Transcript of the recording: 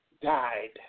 Died